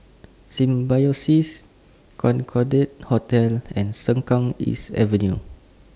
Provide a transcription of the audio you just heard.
Symbiosis Concorde Hotel and Sengkang East Avenue